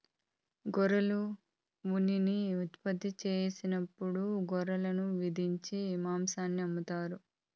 గొర్రెలు ఉన్నిని ఉత్పత్తి సెయ్యనప్పుడు గొర్రెలను వధించి మాంసాన్ని అమ్ముతారు